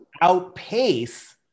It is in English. outpace